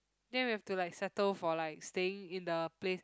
then we have to like settle for like staying in the place